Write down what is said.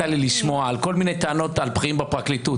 כל מיני טענות על בכירים בפרקליטות,